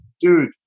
Dude